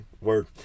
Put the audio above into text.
word